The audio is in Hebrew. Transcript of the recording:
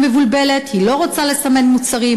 שהיא מבולבלת: היא לא רוצה לסמן מוצרים,